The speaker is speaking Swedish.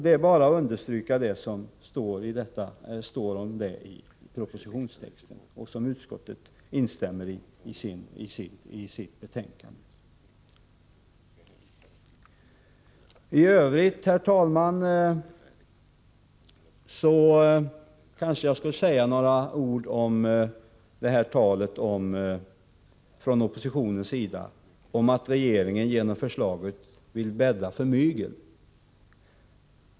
Det är bara att understryka vad som står om detta i propositionstexten — och som utskottet i sitt betänkande instämmer i. I övrigt, herr talman, skall jag kanske säga några ord om talet från oppositionens sida om att regeringen genom förslaget vill bädda för mygel.